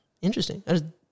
interesting